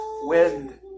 wind